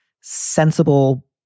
sensible